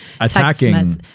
Attacking